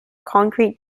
concrete